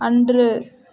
அன்று